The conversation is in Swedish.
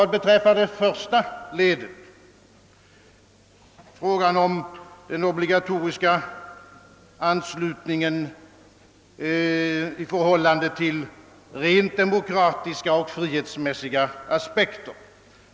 Det första ledet i min fråga gällde den obligatoriska anslutningen ur rent demokratiska och frihetsmässiga aspekter.